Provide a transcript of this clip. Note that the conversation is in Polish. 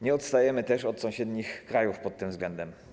Nie odstajemy też od sąsiednich krajów pod tym względem.